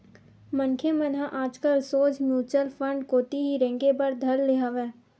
मनखे मन ह आजकल सोझ म्युचुअल फंड कोती ही रेंगे बर धर ले हवय